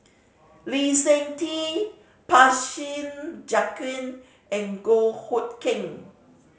Lee Seng Tee Joaquim and Goh Hood Keng